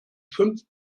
fünf